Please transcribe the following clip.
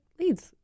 leads